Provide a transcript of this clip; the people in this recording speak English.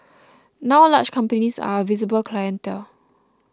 now large companies are a visible clientele